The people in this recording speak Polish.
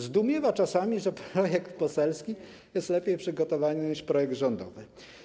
Zdumiewa czasami, że projekt poselski jest lepiej przygotowany niż projekt rządowy.